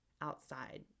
outside